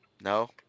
No